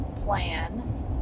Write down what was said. plan